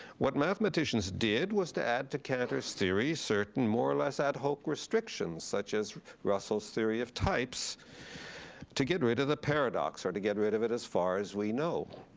what mathematicians did was to add to cantor's theory certain, more or less, ad hoc restrictions, such as russell's theory of types to get rid of the paradox, or to get rid of it as far as we know.